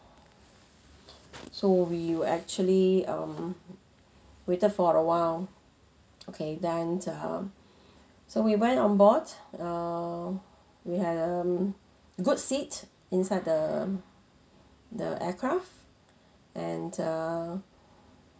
so we were actually um waited for a while okay then um so we went on board um we had a good seat inside the the aircraft and err